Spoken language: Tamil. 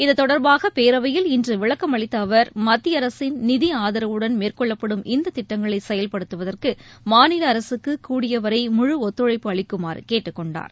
இதுதொடர்பாக பேரவையில் இன்று விளக்கம் அளித்த அவர் மத்திய அரசின் நிதி ஆதரவுடன் மேற்கொள்ளப்படும் இந்த திட்டங்களை செயல்படுத்துவதற்கு மாநில அரசுக்கு கூடியவரை முழு ஒத்துழைப்பு அளிக்குமாறு கேட்டுக்கொண்டார்